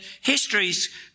history's